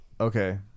Okay